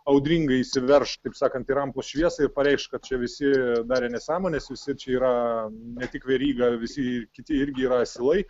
audringai įsiverš taip sakant į rampos šviesą ir pareikš kad čia visi darė nesąmones visi čia yra ne tik veryga visi kiti irgi yra asilai